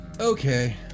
Okay